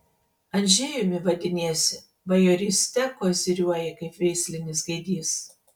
andžejumi vadiniesi bajoryste koziriuoji kaip veislinis gaidys